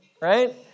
right